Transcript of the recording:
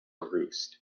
roost